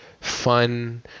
fun